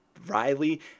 Riley